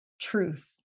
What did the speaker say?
truth